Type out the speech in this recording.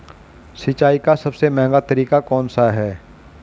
सिंचाई का सबसे महंगा तरीका कौन सा है?